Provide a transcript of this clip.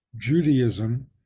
Judaism